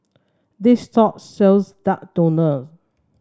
this shop sells Duck Noodle